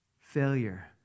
failure